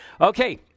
Okay